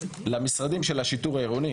למשרדים של השיטור העירוני.